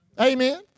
Amen